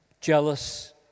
jealous